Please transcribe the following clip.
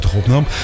opnam